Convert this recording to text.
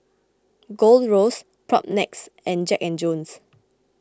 Gold Roast Propnex and Jack and Jones